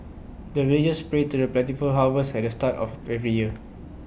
the villagers pray for plentiful harvest at the start of every year